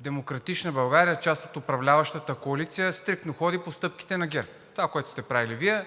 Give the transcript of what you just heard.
„Демократична България“ е част от управляващата коалиция – стриктно ходи по стъпките на ГЕРБ. Това, което сте правили Вие,